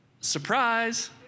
surprise